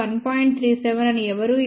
37 అని ఎవరూ ఇక్కడ చూడలేరు